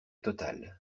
totale